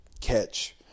catch